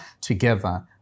together